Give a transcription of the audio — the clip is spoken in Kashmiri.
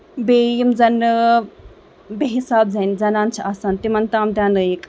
بیٚیہِ یِم زَن بےٚ حِساب زنہِ زَنانہٕ چھِ آسان تِمن تام دیٚونٲوِکھ